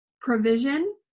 Provision